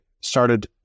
started